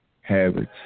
habits